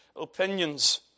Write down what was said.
opinions